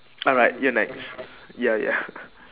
alright you're next ya ya